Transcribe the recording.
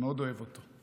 אני מאוד אוהב אותו.